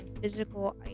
physical